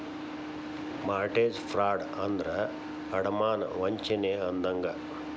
mortgage fraud ಅಂದ್ರ ಅಡಮಾನ ವಂಚನೆ ಅಂದಂಗ